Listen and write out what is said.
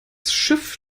schiff